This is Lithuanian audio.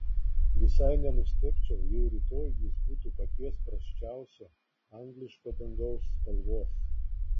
visai nenustebčiau jei rytoj jis būtų paties prasčiausio angliško dangaus spalvos